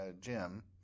Jim